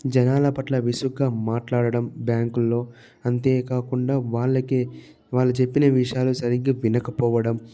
జనాల పట్ల విసుగ్గా మాట్లాడడం బ్యాంకులో అంతేకాకుండా వాళ్ళకే వాళ్ళు చెప్పిన విషయాలు సరిగ్గా వినకపోవడం